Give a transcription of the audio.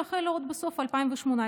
שהחלה עוד בסוף 2018,